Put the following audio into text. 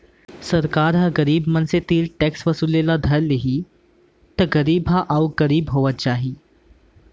सरकार ह गरीब मनसे तीर टेक्स वसूले ल धर लेहि त गरीब ह अउ गरीब होवत जाही